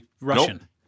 Russian